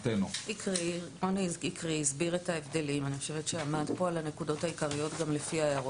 "יושב ראש" מי שכיהן כיושב ראש במועד הישיבה שלגביה ניתן האישור.